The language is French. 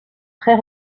très